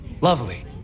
Lovely